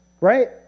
Right